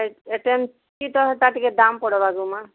ଏତେ କି ହେତା ତ ଟିକେ ଦାମ୍ ପଡ଼ବା ଗୋ ମାଆ